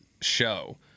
show –